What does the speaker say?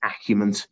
acumen